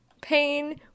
pain